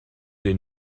den